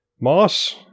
Moss